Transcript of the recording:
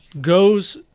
goes